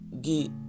get